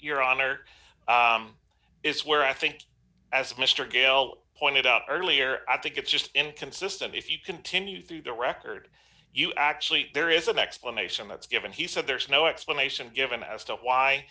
your honor it's where i think as mr gale pointed out earlier i think it's just inconsistent if you continue through the record you actually there is an explanation that's given he said there is no explanation given as to why